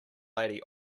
lady